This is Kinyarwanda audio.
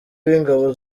w’ingabo